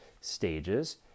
stages